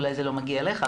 אולי הוא לא מגיע אליך,